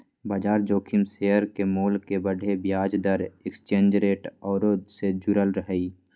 बजार जोखिम शेयर के मोल के बढ़े, ब्याज दर, एक्सचेंज रेट आउरो से जुड़ल हइ